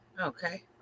Okay